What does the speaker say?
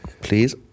please